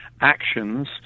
actions